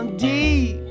deep